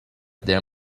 there